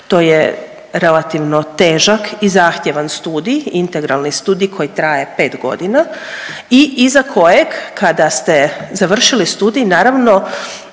to je relativno težak i zahtjevan studij, studij koji traje pete godina i iza kojeg kada ste završili studij naravno